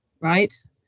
right